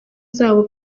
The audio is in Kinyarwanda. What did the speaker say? zabo